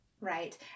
Right